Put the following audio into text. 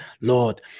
Lord